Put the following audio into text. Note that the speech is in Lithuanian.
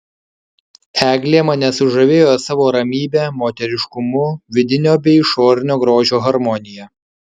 eglė mane sužavėjo savo ramybe moteriškumu vidinio bei išorinio grožio harmonija